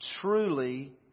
truly